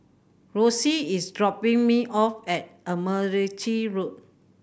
Rosie is dropping me off at Admiralty Road